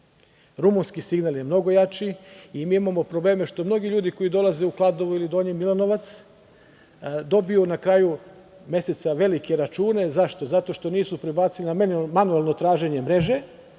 rumunski signal je mnogo jači i mi imamo probleme što mnogi ljudi koji dolaze u Kladovo ili Donji Milanovac, dobiju na kraju meseca velike račune. Zašto? Zato što nisu prebacili na manuelno traženje mreže